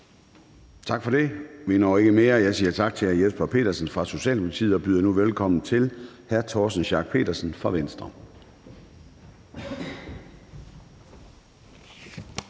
Tak for det. Vi når ikke mere. Jeg siger tak til hr. Jesper Petersen fra Socialdemokratiet og byder nu velkommen til hr. Torsten Schack Pedersen fra Venstre.